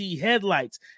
headlights